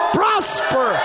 prosper